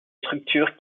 structures